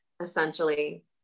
essentially